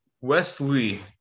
Wesley